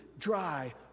dry